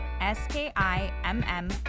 S-K-I-M-M